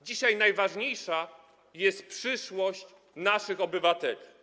Dzisiaj najważniejsza jest przyszłość naszych obywateli.